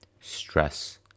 Stress